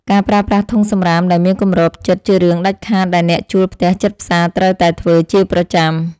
ការប្រើប្រាស់ធុងសំរាមដែលមានគម្របជិតជារឿងដាច់ខាតដែលអ្នកជួលផ្ទះជិតផ្សារត្រូវតែធ្វើជាប្រចាំ។